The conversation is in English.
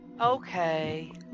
Okay